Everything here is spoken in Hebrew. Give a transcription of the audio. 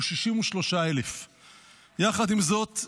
הוא 63,000. יחד עם זאת,